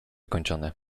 kończony